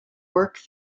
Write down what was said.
work